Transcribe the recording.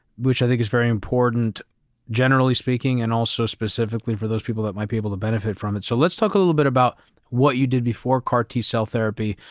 which i think is very important generally speaking and also specifically for those people that might be able to benefit from it. so let's talk a little bit about what you did before car-t cell therapy,